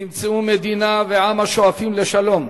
תמצאו מדינה ועם השואפים לשלום,